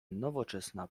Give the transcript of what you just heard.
nowoczesna